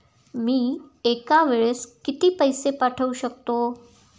मी एका वेळेस किती पैसे पाठवू शकतो?